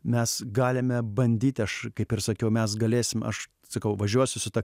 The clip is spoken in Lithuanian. mes galime bandyti aš kaip ir sakiau mes galėsim aš sakau važiuosiu su ta